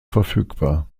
verfügbar